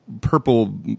purple